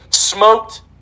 Smoked